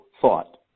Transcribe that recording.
thought